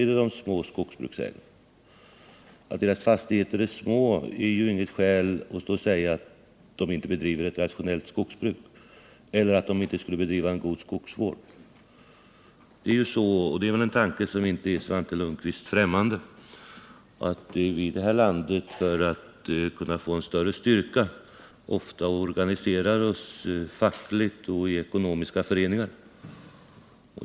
Är det de små skogsägarna? Att deras fastigheter är små är ju inget skäl att säga att de inte bedriver ett rationellt skogsbruk eller att de inte skulle bedriva en god skogsvård. Det är ju så — och det är väl en tanke som inte är Svante Lundkvist främmande — att vii det här landet för att få större styrka ofta organiserar oss fackligt och i ekonomiska föreningar.